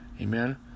Amen